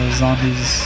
zombies